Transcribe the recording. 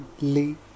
Lee